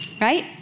right